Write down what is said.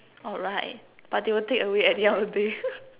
alright but they will take away at the end of the day